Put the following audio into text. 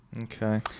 Okay